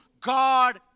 God